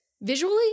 Visually